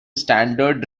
standard